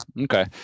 Okay